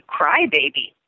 crybaby